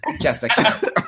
Jessica